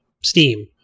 steam